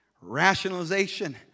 rationalization